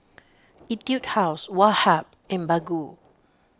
Etude House Woh Hup and Baggu